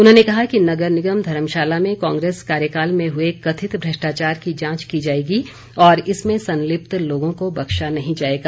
उन्होंने कहा कि नगर निगम धर्मशाला में कांग्रेस कार्यकाल में हुए कथित भ्रष्टाचार की जांच की जाएगी और इसमें संलिप्त लोगों को बख्शा नहीं जाएगा